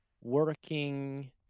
working